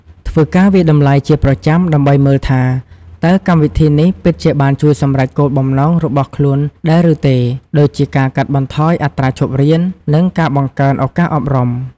ធ្វើការវាយតម្លៃជាប្រចាំដើម្បីមើលថា តើកម្មវិធីនេះពិតជាបានជួយសម្រេចគោលបំណងរបស់ខ្លួនដែរឬទេ ដូចជាការកាត់បន្ថយអត្រាឈប់រៀន និងការបង្កើនឱកាសអប់រំ។